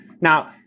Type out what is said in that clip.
Now